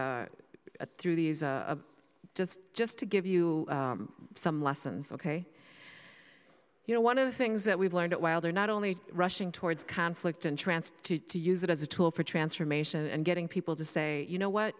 at through these a just just to give you some lessons ok you know one of the things that we've learned while they're not only rushing towards conflict and trance to to use it as a tool for transformation and getting people to say you know what